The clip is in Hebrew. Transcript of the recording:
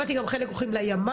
הבנתי שגם חלק הולכים לימ"מ,